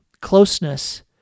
closeness